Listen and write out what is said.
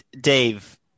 Dave